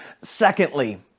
Secondly